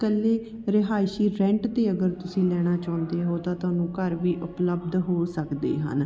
ਇਕੱਲੇ ਰਿਹਾਇਸ਼ੀ ਰੈਂਟ 'ਤੇ ਅਗਰ ਤੁਸੀਂ ਲੈਣਾ ਚਾਹੁੰਦੇ ਹੋ ਤਾਂ ਤੁਹਨੂੰ ਘਰ ਵੀ ਉਪਲਬਧ ਹੋ ਸਕਦੇ ਹਨ